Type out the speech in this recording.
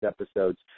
episodes